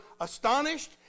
astonished